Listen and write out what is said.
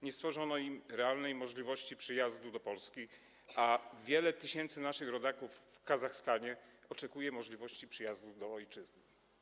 Nie stworzono im realnej możliwości przyjazdu do Polski, a wiele tysięcy naszych rodaków w Kazachstanie oczekuje możliwości przyjazdu do ojczyzny.